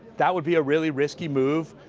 that would be a really risky move,